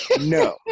no